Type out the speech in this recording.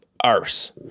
arse